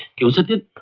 isn't